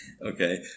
Okay